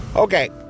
Okay